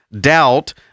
doubt